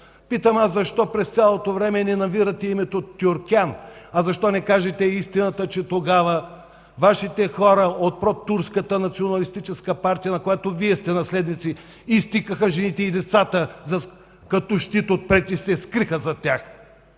Питам аз защо през цялото време ни навирате името Тюркян, а защо не кажете истината, че тогава Вашите хора от протурската националистическа партия, на която Вие сте наследници, изтикаха жените и децата като щит отпред и се скриха зад тях?!